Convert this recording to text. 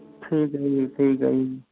ਠੀਕ ਹੈ ਜੀ ਠੀਕ ਹੈ ਜੀ